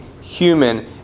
human